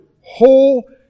whole